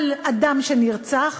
על אדם שנרצח,